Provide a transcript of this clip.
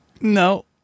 No